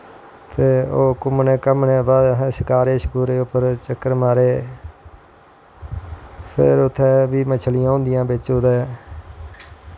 ते ओह् घूमनें दे बाद असैं शकारे शकूरे पर चक्कर मारे फिर उत्थें बी मछलियां होंदियां हां बिच्च ओह्दे